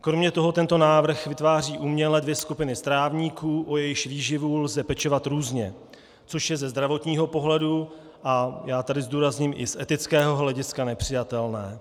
Kromě toho tento návrh vytváří uměle dvě skupiny strávníků, o jejichž výživu lze pečovat různě, což je ze zdravotního pohledu a já tady zdůrazním i z etického hlediska nepřijatelné.